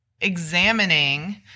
examining